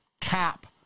cap